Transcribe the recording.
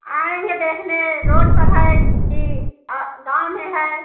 आएंगे देखने रोड पर है कि गाँव में हैं